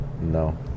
No